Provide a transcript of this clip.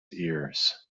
ears